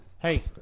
Hey